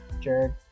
Jared